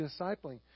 discipling